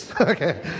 Okay